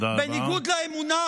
תודה רבה.